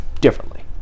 differently